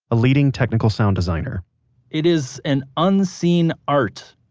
a leading technical sound designer it is an unseen art.